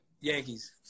Yankees